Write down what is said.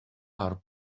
are